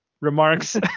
remarks